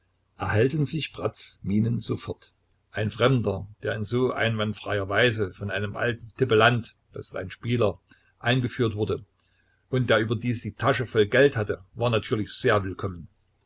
erhellten sich bratz mienen sofort ein fremder der in so einwandfreier weise von einem alten tippelant spieler eingeführt wurde und der überdies die tasche voll geld hatte war natürlich sehr willkommen